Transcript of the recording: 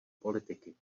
politiky